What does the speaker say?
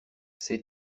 ses